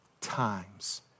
times